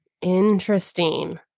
Interesting